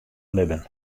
libben